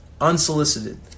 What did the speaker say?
unsolicited